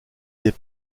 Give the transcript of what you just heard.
des